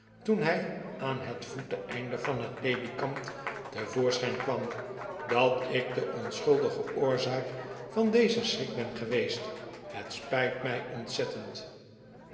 toen hij aan het voeteneinde van het ledikant te voorschijn kwam dat ik de onschuldige oorzaak van dezen schrik ben geweest het spijt mij ontzettend